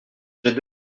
j’ai